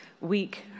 week